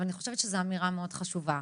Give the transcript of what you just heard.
אבל אני חושבת שזו אמירה מאוד חשובה,